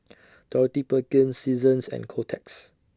Dorothy Perkins Seasons and Kotex